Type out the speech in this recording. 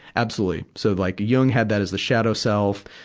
absolutely. so like, jung had that as the shadow self.